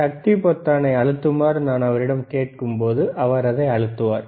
சக்தி பொத்தானை அழுத்துமாறு நான் அவரிடம் கேட்கும்போது அவர் அதை அழுத்துவார்